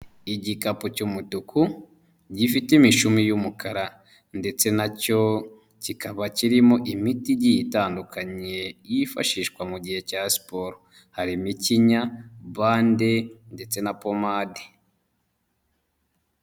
Igikapu cy'umutuku gifite imishumi y'umukara ndetse nacyo kikaba kirimo imiti igiye itandukanye yifashishwa mu gihe cya siporo, harimo ikinya, bande ndetse na pomade.